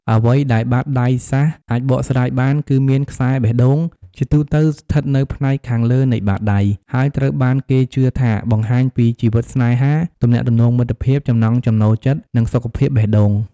អ្វីដែលបាតដៃសាស្រ្តអាចបកស្រាយបាន គឺមានខ្សែបេះដូង ជាទូទៅស្ថិតនៅផ្នែកខាងលើនៃបាតដៃ ហើយត្រូវបានគេជឿថាបង្ហាញពីជីវិតស្នេហា ទំនាក់ទំនងមិត្តភាព ចំណង់ចំណូលចិត្ត និងសុខភាពបេះដូង។